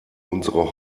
unsere